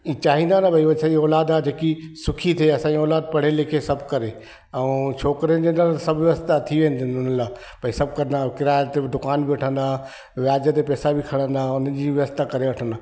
चाहिंदा त भई असांजी औलाद आहे जेकी सुखी थिए असाजी औलाद पढ़े लिखे सभु करे ऐं छोकिरे खे त सभु रस्ता थी वेंदीयुनि भई सभु कंदा किराए ते दुकानु बि वठंदा वेयाज ते पेसा बि खणंदा उनजी व्यवस्था करे वठंदा